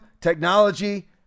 technology